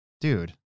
dude